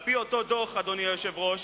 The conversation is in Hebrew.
על-פי אותו דוח, אדוני היושב-ראש,